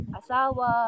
asawa